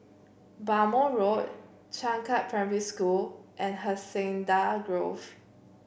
Bhamo Road Changkat Primary School and Hacienda Grove